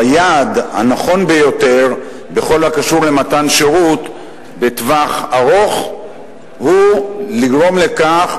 או היעד הנכון ביותר בכל הקשור למתן שירות לטווח ארוך הוא לגרום לכך,